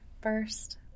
first